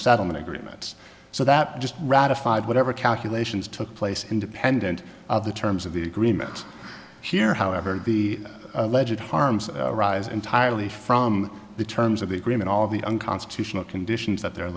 settlement agreements so that just ratified whatever calculations took place independent of the terms of the agreement here however the legit harms arise entirely from the terms of the agreement all of the unconstitutional conditions that they're